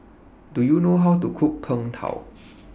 Do YOU know How to Cook Png Tao